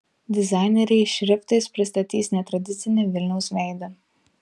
dizaineriai šriftais pristatys netradicinį vilniaus veidą